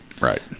Right